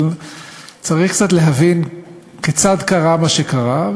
אבל צריך קצת להבין כיצד קרה מה שקרה,